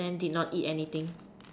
then did not eat anything